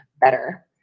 better